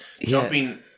jumping